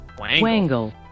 Wangle